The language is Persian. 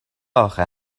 آخه